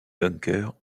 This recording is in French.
bunkers